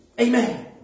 Amen